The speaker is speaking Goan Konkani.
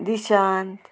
दिशांत